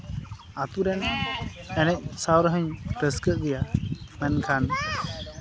ᱟᱹᱛᱩᱨᱮᱱ ᱮᱱᱮᱡ ᱥᱟᱶ ᱨᱮᱦᱚᱸᱧ ᱨᱟᱹᱥᱠᱟᱹᱜ ᱜᱮᱭᱟ ᱢᱮᱱᱠᱷᱟᱱ